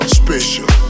special